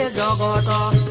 ah da da da